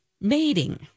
Mating